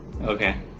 Okay